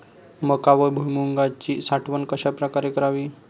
मका व भुईमूगाची साठवण कशाप्रकारे करावी?